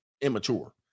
immature